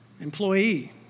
Employee